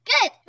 Good